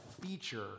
feature